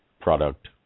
product